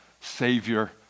Savior